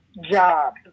job